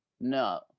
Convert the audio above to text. No